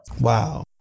Wow